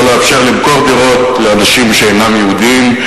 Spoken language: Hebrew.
לא לאפשר למכור דירות לאנשים שאינם יהודים?